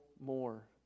more